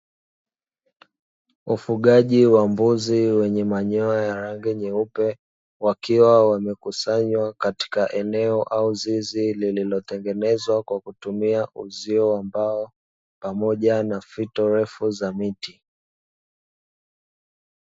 Ufugaji wa mbuzi wenye manyoya ya rangi nyeupe, wakiwa wamekusanywa katika eneo au zizi, lililotengenezwa kwa kutumia uzio wa mbao pamoja na fito refu za miti.